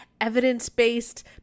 evidence-based